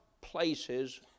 places